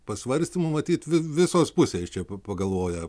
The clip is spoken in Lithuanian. pasvarstymų matyt vi visos pusės čia pa pagalvoja